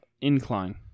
incline